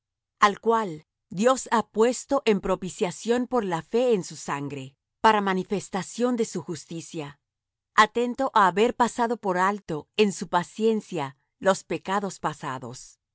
al cual dios ha propuesto en propiciación por la fe en su sangre para manifestación de su justicia atento á haber pasado por alto en su paciencia los pecados pasados